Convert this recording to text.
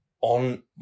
on